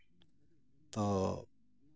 ᱛᱚ